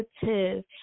positive